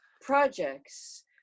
projects